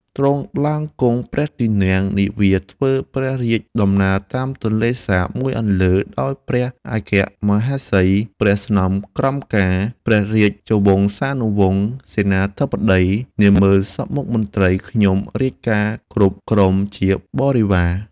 ទ្រង់ឡើងគង់ព្រះទីន័ងនាវាធ្វើព្រះរាជដំណើរតាមទន្លេសាប មួយអន្លើដោយព្រះអគ្គមហេសី ព្រះស្នំក្រមការ ព្រះរាជវង្សានុវង្ស សេនាបតី នាហ្មឺនសព្វមុខមន្ត្រីខ្ញុំរាជការគ្រប់ក្រុមជារាជបរិពារ